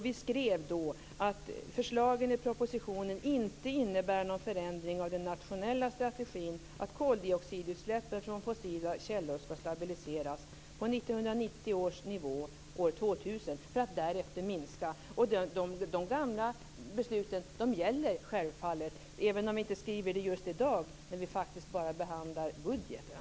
Vi skrev också att förslagen i propositionen inte innebär någon förändring av den nationella strategin - att koldioxidutsläppen från fossila källor skall stabiliseras på 1990 års nivå år 2000 för att därefter minska. De gamla besluten gäller självfallet, även om vi inte skriver det just i dag när vi faktiskt bara behandlar budgeten.